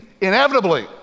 inevitably